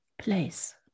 place